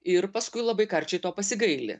ir paskui labai karčiai to pasigaili